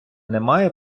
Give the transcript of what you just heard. немає